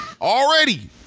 already